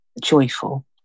joyful